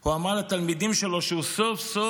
הוא אמר לתלמידים שלו שהוא סוף-סוף